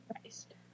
Christ